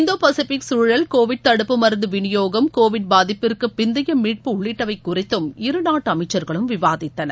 இந்தோ Pacific சூழல் covid தடுப்பு மருந்து விநியோகம் கோவிட் பாதிப்பிற்கு பிந்தைய மீட்பு உள்ளிட்டவை குறித்தும் இரு நாட்டு அமைச்சர்களும் விவாதித்தனர்